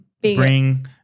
bring